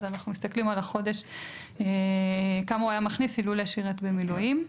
אז אנחנו מסתכלים על החודש כמה הוא היה מכניס אילולא שירת במילואים.